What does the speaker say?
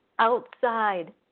outside